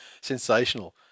Sensational